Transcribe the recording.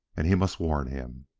and he must warn him.